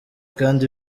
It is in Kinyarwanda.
kandi